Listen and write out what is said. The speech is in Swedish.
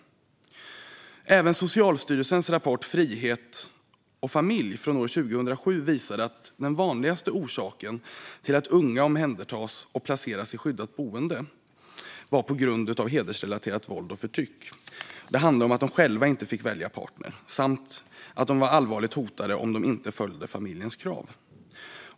Även Socialstyrelsens rapport Frihet och familj från 2007 visade att den vanligaste orsaken till att unga omhändertas och placeras i skyddat boende var hedersrelaterat våld och förtryck. Det handlade om att de själva inte fick välja partner samt att de var allvarligt hotade om de inte följde familjens krav.